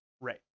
right